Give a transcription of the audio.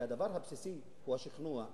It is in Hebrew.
כי הדבר הבסיסי הוא השכנוע,